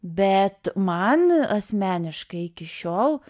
bet man asmeniškai iki šiol